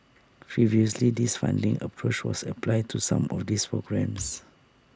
previously this funding approach was applied to some of these programmes